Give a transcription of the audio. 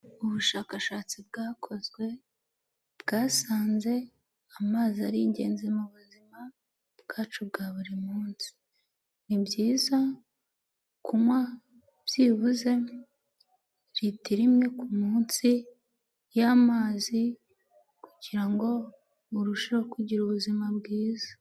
Ubushakashatsi bwakozwe bwasanze amazi ari ingenzi mu buzima bwacu bwa buri munsi, nibyiza kunywa byibuze litiro imwe kumunsi y'amazi kugirango urusheho kugira ubuzima bwiza.